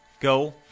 Go